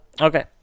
Okay